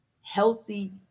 healthy